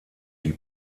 die